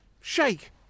Shake